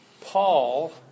Paul